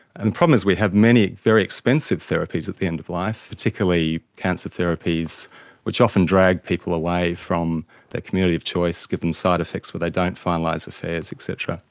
and the problem is we have many very expensive therapies at the end of life, particularly cancer therapies which often drag people away from their community of choice, give them side-effects where they don't finalise affairs et cetera.